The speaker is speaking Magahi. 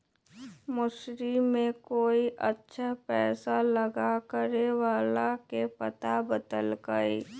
मैसूर में कोई अच्छा पैसा अलग करे वाला के पता बतल कई